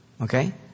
Okay